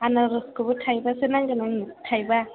आनारसखौबो थाइबासो नांगोन आंनो थायबा